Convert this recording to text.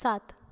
সাত